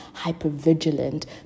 hypervigilant